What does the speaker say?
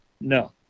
no